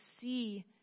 see